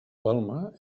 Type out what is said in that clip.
palma